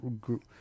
group